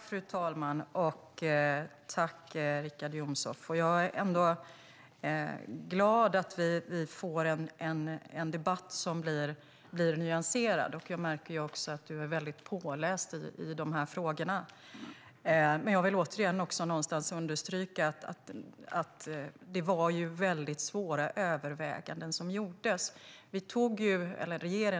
Fru talman! Jag är glad att vi får en debatt som blir nyanserad, och jag märker att du, Richard Jomshof, är väldigt påläst i de här frågorna. Men jag vill återigen ändå understryka att det var väldigt svåra överväganden som gjordes.